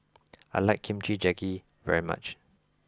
I like Kimchi Jjigae very much